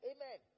Amen